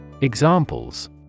Examples